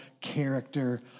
character